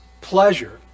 pleasure